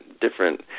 different